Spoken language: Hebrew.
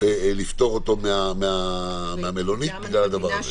לפטור אותו מהמלונית בגלל הדבר הזה.